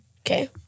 Okay